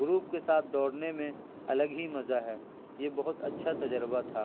group کے ساتھ دوڑنے میں الگ ہی مزہ ہے یہ بہت اچھا تجربہ تھا